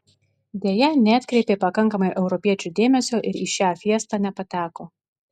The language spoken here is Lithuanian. deja neatkreipė pakankamai europiečių dėmesio ir į šią fiestą nepateko